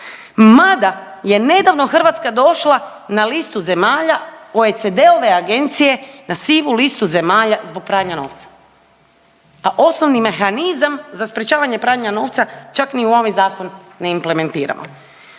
mada je nedavno Hrvatska došla na listu zemalja OECD-ove agencije na sivu listu zemalja zbog pranja novca, a osnovni mehanizam za sprječavanje pranja novca čak ni u ovaj zakon ne implementiramo.